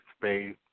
space